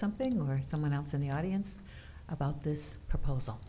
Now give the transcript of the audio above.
something or someone else in the audience about this proposal